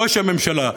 ראש הממשלה.